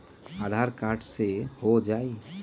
आधार card से हो जाइ?